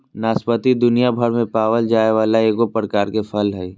नाशपाती दुनियाभर में पावल जाये वाला एगो प्रकार के फल हइ